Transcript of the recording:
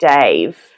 Dave